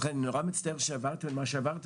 לכן אני נורא מצטער שעברתם את מה שעברתם,